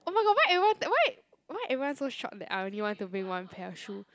oh my god why everyone why why everyone so shock that I only want to bring one pair of shoe